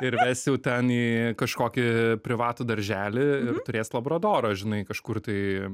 ir ves jau ten į kažkokį privatų darželį ir turės labradorą žinai kažkur tai